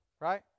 right